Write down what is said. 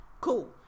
cool